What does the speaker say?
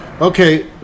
Okay